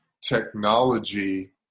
technology